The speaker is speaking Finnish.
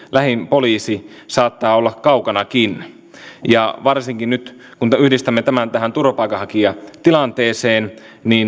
lähin poliisi saattaa olla kaukanakin ja varsinkin nyt kun yhdistämme tämän tähän turvapaikanhakijatilanteeseen